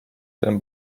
ten